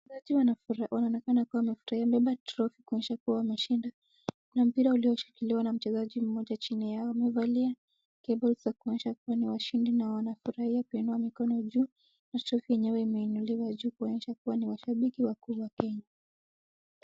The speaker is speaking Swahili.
Wachezaji wanaonekana kuwa na furaha, wamebeba trophy kuonyesha kuwa wameshinda. Kuna mpira ulioshikiliwa na mchezaji mmoja chini yao. Wamevalia kebo za kuonyesha kuwa ni washindi na wanafurahia kuinua mikono juu na trophy yenyewe imeinuliwa juu kuonyesha kuwa ni washabiki wakubwa Kenya.